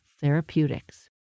Therapeutics